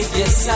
yes